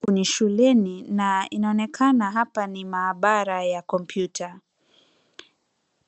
Huku ni shuleni, na inaonekana hapa ni maabara ya kompyuta.